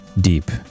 deep